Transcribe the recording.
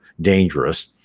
dangerous